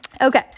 Okay